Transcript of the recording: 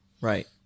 Right